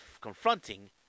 confronting